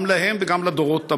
גם להם וגם לדורות הבאים.